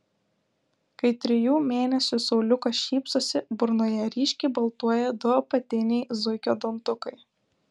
kai trijų mėnesių sauliukas šypsosi burnoje ryškiai baltuoja du apatiniai zuikio dantukai